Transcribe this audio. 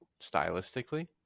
stylistically